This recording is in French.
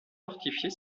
fortifier